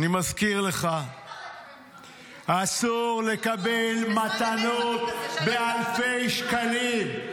באמת מותר לקבל מתנות מחברים --- אסור לקבל מתנות באלפי שקלים.